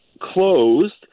closed